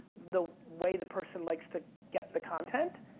the way the person likes to get the content,